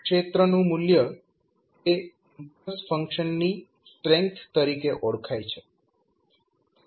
એકમ ક્ષેત્રનું મૂલ્ય એ ઇમ્પલ્સ ફંક્શન ની સ્ટ્રેન્થ તરીકે ઓળખાય છે